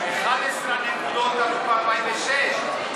11 הנקודות עלו ב-1946,